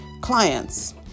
clients